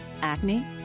Acne